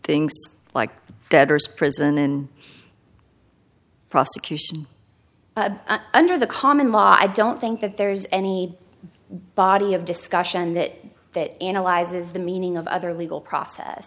things like the debtors prison in prosecution under the common law i don't think that there's any body of discussion that that analyzes the meaning of other legal process